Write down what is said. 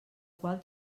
qual